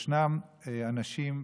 ישנם אנשים,